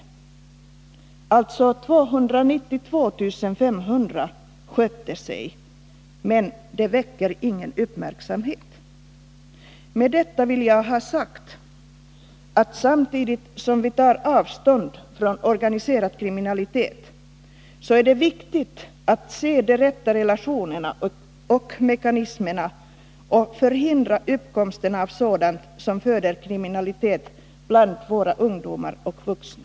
Alltså: 292 500 skötte sig, men de väcker ingen uppmärksamhet. Med detta vill jag ha sagt, att samtidigt som vi tar avstånd från organiserad kriminalitet, så är det viktigt att se de rätta relationerna och mekanismerna och förhindra uppkomsten av sådant som föder kriminalitet bland våra ungdomar och vuxna.